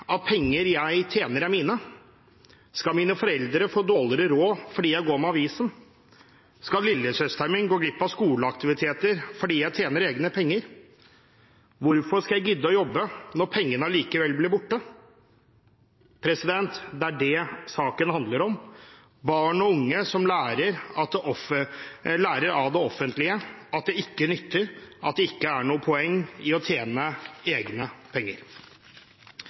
at penger jeg tjener, er mine? Skal mine foreldre få dårligere råd fordi jeg går med avisen? Skal lillesøsteren min gå glipp av skoleaktiviteter fordi jeg tjener egne penger? Hvorfor skal jeg gidde å jobbe når pengene allikevel blir borte? Det er det saken handler om; barn og unge som lærer av det offentlige at det ikke nytter, at det ikke er noe poeng i å tjene egne penger.